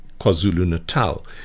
KwaZulu-Natal